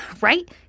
right